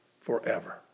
forever